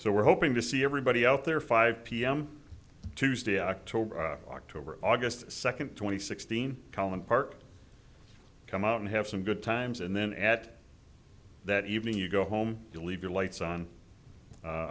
so we're hoping to see everybody out there five p m tuesday october october aug second twenty sixteen collin park come out and have some good times and then at that evening you go home you leave your lights on